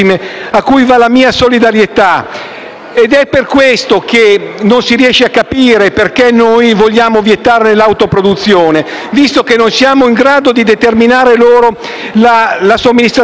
È per questo che non si riesce a capire perché vogliamo vietare l'autoproduzione visto che non siamo in grado di fornire loro la somministrazione di questo che, ripeto, è farmaco.